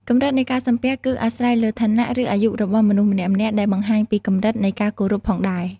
កម្រិតនៃការសំពះគឺអាស្រ័យលើឋានៈឬអាយុរបស់មនុស្សម្នាក់ៗ ដែលបង្ហាញពីកម្រិតនៃការគោរពផងដែរ។